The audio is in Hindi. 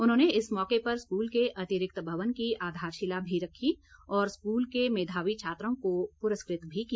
उन्होंने इस मौके पर स्कूल के अतिरिक्त भवन की आधारशीला भी रखी और स्कूल के मेधावी छात्रों को पुरस्कृत भी किया